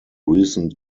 recent